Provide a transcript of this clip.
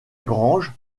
grange